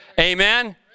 Amen